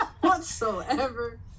whatsoever